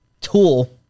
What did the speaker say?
tool